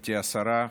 גברתי השרה,